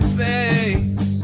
face